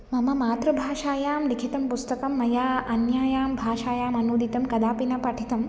मम मातृभाषायां लिखितं पुस्तकं मया अन्यायां भाषायाम् अनुवादितं कदापि न पठितम्